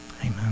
Amen